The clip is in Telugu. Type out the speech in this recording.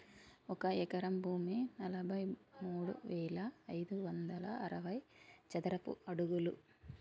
ఒక ఎకరం భూమి నలభై మూడు వేల ఐదు వందల అరవై చదరపు అడుగులు